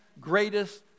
greatest